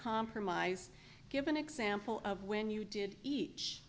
compromise give an example of when you did each